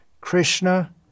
Krishna